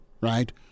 right